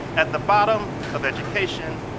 at the bottom of education,